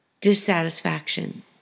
dissatisfaction